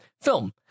film